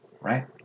right